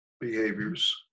behaviors